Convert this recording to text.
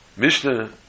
Mishnah